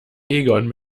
egon